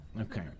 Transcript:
Okay